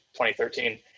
2013